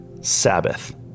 Sabbath